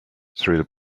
through